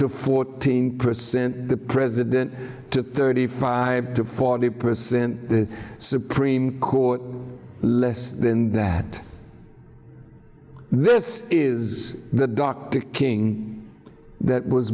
to fourteen percent the president to thirty five to forty percent the supreme court less than that this is the dr king that was